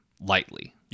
lightly